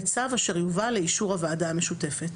בצו אשר יובא לאישור הוועדה המשותפת."